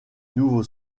nouveau